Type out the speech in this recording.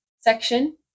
section